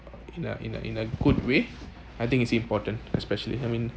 in a in a in a good way I think it's important especially I mean